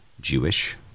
Jewish